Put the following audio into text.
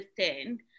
understand